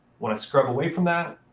when i scrub away from that,